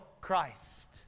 Christ